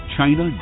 China